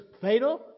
fatal